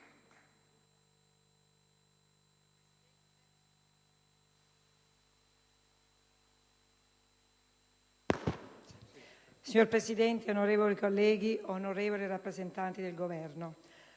Signor Presidente, onorevoli colleghi, onorevoli rappresentanti del Governo,